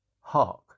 Hark